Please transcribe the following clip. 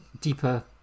deeper